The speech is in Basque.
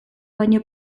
baina